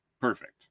Perfect